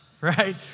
right